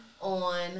on